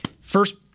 First